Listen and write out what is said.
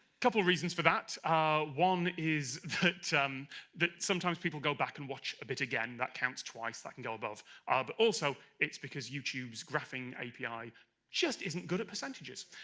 couple reasons for that, ah one is that um that sometimes people go back and watch a bit again, that counts twice, that can go above, ah but also, it's because youtube's graphing api just isn't good at percentages